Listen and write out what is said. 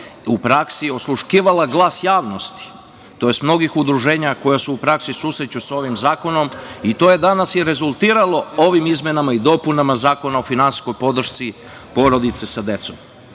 u praksi, osluškivala glas javnosti tj. mnogih udruženja koja se u praksi susreću sa ovim zakonom. To je danas i rezultiralo ovim izmenama i dopunama Zakona o finansijskoj podršci porodice sa